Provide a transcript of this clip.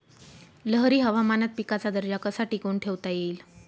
लहरी हवामानात पिकाचा दर्जा कसा टिकवून ठेवता येईल?